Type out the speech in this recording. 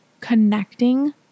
connecting